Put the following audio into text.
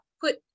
put